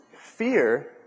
fear